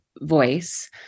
voice